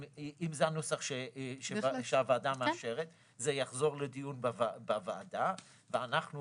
אם זה הנוסח שהוועדה מאשרת זה יחזור לדיון בוועדה ואנחנו